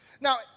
Now